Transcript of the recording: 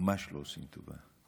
ממש לא עושים טובה.